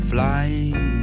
Flying